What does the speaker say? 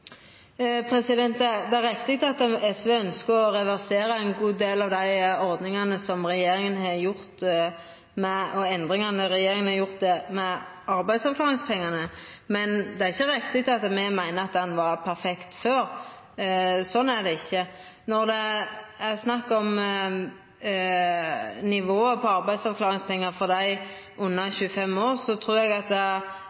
ein god del av dei endringane som regjeringa har gjort i arbeidsavklaringspengane, men det er ikkje riktig at me meiner at ordninga var perfekt før. Sånn er det ikkje. Når det er snakk om nivået på arbeidsavklaringspengar for dei under